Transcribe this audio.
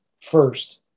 first